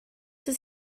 does